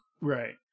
Right